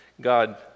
God